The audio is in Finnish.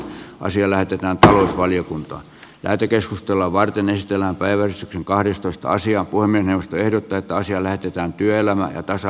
asia lähetetään talousvaliokunta lähetekeskustelua varten ehti elää päivä kahdestoista sija voimme tehdä tätä asiaa lähestytään työelämä ja tasa